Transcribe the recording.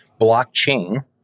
blockchain